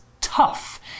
tough